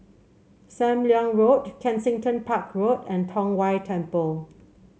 Sam Leong Road Kensington Park Road and Tong Whye Temple